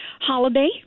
holiday